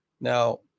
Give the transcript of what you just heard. Now